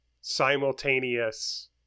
simultaneous